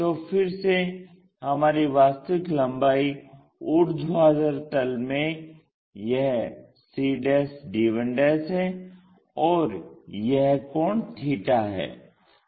तो फिर से हमारी वास्तविक लम्बाई ऊर्ध्वाधर तल में यह cd1 है और यह कोण थीटा है